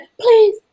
please